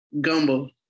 Gumbo